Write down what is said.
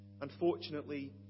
Unfortunately